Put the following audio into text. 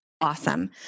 awesome